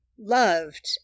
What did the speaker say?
Loved